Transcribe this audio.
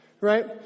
right